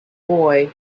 boy